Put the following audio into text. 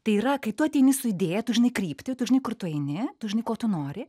tai yra kai tu ateini su idėja tu žinai kryptį tu žinai kur tu eini tu žinai ko tu nori